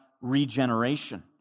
regeneration